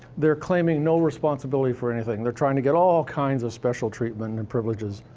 they're claiming no responsibility for anything. they're trying to get all kinds of special treatment and and privileges.